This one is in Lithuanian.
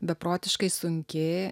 beprotiškai sunki